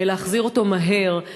ולהחזיר אותו מהר.